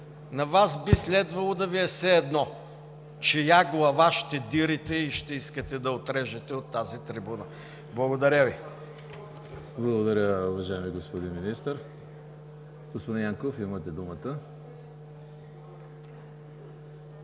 на Вас би следвало да Ви е все едно чия глава ще дирите и ще искате да отрежете от тази трибуна. Благодаря Ви. ПРЕДСЕДАТЕЛ ЕМИЛ ХРИСТОВ: Благодаря, уважаеми господин Министър. Господин Янков, имате думата.